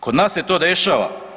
Kod nas e to dešava.